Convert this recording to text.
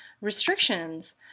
restrictions